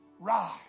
Rise